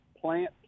Plant